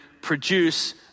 produce